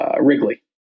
Wrigley